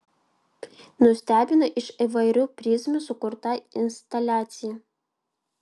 nustebino iš įvairių prizmių sukurta instaliacija